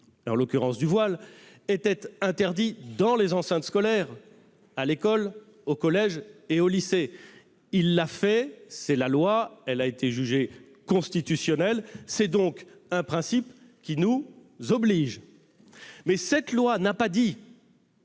en l'occurrence du voile, dans les enceintes scolaires : à l'école, au collège et au lycée. Cette loi a été jugée constitutionnelle. C'est donc un principe qui nous oblige. Mais cette loi n'a pas dit